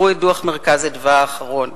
תראו את דוח "מרכז אדוה" האחרון,